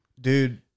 dude